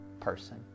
person